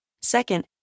Second